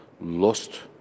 lost